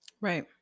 right